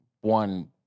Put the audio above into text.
one